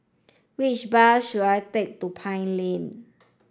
which bus should I take to Pine Lane